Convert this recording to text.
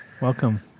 welcome